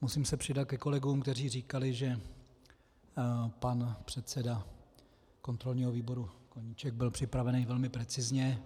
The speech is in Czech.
Musím se přidat ke kolegům, kteří říkali, že pan předseda kontrolního výboru Koníček byl připravený velmi precizně.